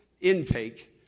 intake